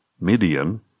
Midian